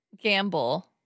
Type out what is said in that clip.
gamble